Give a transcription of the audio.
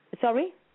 Sorry